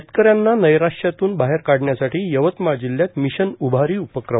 शेतकऱ्यांना नैराश्यातून बाहेर काढण्यासाठी यवतमाळ जिल्ह्यात मिशन उभारी उपक्रम